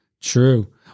true